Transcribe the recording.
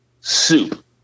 soup